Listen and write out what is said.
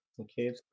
Okay